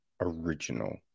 original